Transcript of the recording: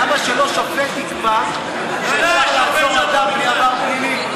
למה שלא שופט יקבע שאפשר לעצור אדם בלי עבר פלילי?